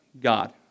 God